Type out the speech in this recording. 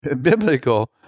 biblical